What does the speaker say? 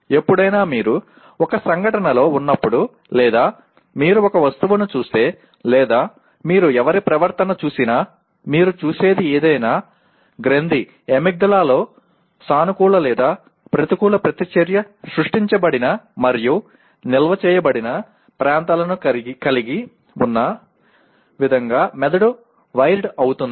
ఎప్పుడైనా మీరు ఒక సంఘటనలో ఉన్నప్పుడు లేదా మీరు ఒక వస్తువును చూస్తే లేదా మీరు ఎవరి ప్రవర్తన చూసినా మీరు చూసేది ఏదైనా గ్రంథి అమిగ్డాలాలో సానుకూల లేదా ప్రతికూల ప్రతిచర్య సృష్టించబడిన మరియు నిల్వ చేయబడిన ప్రాంతాలను కలిగి ఉన్న విధంగా మెదడు వైర్డు అవుతుంది